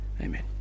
Amen